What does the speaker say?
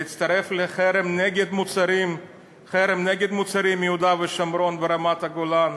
להצטרף לחרם נגד מוצרים מיהודה ושומרון ורמת-הגולן,